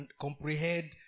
comprehend